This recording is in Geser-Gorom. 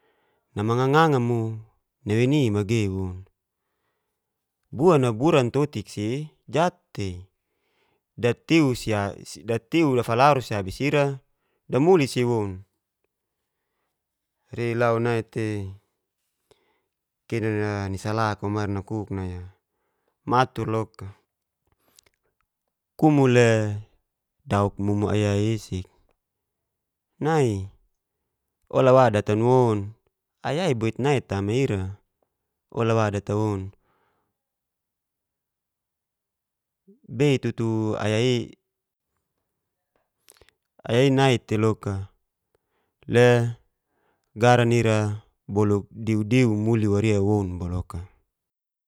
Namanganga mo nawei ni magei woun bua naguran totik si jat'tei datiu datiu dafalaru si abis ira dmuli si woun, rei lu nai tei kenara ni salak wo mari nakuk nai matur loka kumu le dauk mumu aya'i isik nai ola wa datan wou aya'i bot nai tama ira ola wa datan woun, bei tutu aya'i naitei loka le garan ira boluk diu diu muli waria woun boloka.